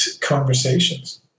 conversations